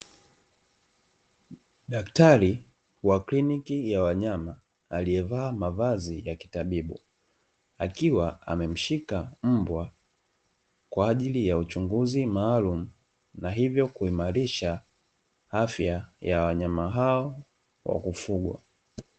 Daktari wa kliniki ya wanyama aliyevaa mavazi ya kitabibu, akiwa amemshika mbwa kwa ajili ya uchunguzi maalumu na hivyo kuimarisha afya ya wanyama hao wa kufugwa.